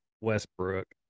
Westbrook